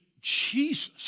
Jesus